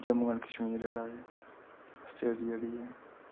Jammu and Kashmir आह्ला state जेह्ड़ी ऐ